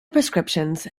prescriptions